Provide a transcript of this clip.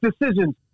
decisions